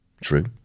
true